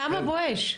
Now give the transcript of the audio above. כמה "בואש"?